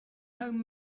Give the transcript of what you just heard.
home